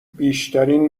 بیشترین